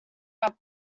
our